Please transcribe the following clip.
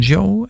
Joe